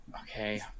Okay